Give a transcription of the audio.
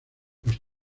los